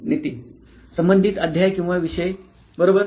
नितीन संबंधित अध्याय किंवा विषय बरोबर